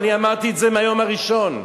ואני אמרתי את זה מהיום הראשון.